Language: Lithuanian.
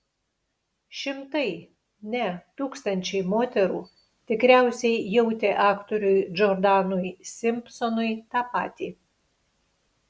šimtai ne tūkstančiai moterų tikriausiai jautė aktoriui džordanui simpsonui tą patį